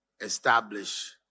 establish